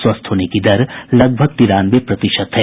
स्वस्थ होने की दर लगभग तिरानवे प्रतिशत है